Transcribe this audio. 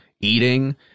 eating